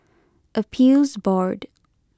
Appeals Board